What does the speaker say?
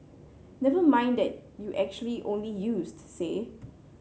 never mind that you actually only used say